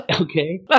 Okay